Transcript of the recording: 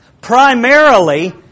Primarily